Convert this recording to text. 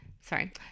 sorry